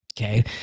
Okay